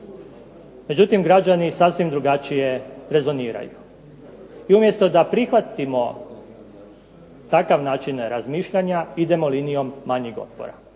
Međutim, građani sasvim drugačije rezoniraju i umjesto da prihvatimo takav način razmišljanja, idemo linijom manjeg otpora.